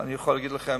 אני יכול להגיד לכם,